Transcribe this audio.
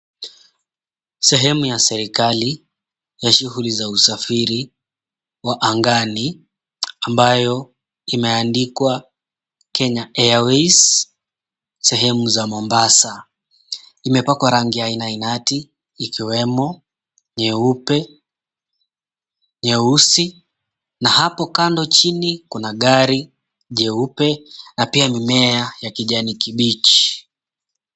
Sehemu ya serikali ya shughuli za usafiri wa angani ambayo imeandikwa Kenya Airways sehemu za Mombasa. Imepakwa rangi ya aina ainati ikiwemo: nyeupe, nyeusi, na hapo kando chini kuna gari jeupe na pia mimea ya kijanikibichi.